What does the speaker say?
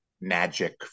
magic